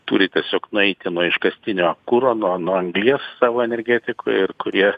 turi tiesiog nueiti nuo iškastinio kuro nuo nuo anglies savo energetikoj ir kurie